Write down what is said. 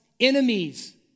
Enemies